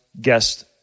guest